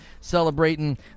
celebrating